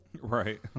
Right